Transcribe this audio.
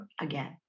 again